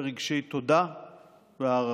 ברגשי תודה והערכה.